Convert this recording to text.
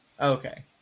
Okay